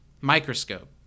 Microscope